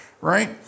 Right